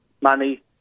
money